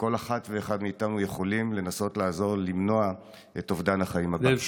כל אחת ואחד מאיתנו יכולים לנסות לעזור למנוע את אובדן החיים הבא.